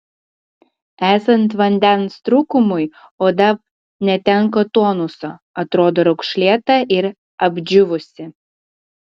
esant vandens trūkumui oda netenka tonuso atrodo raukšlėta ir apdžiūvusi